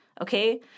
Okay